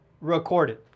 recorded